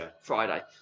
Friday